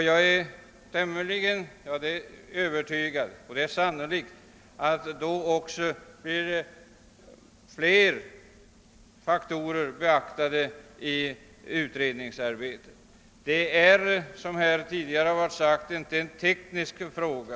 Jag är övertygad om att fler faktorer då också blir beaktade i utredningsarbetet; Detta är, som här tidigare sagts, inte bara en teknisk fråga.